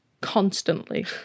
constantly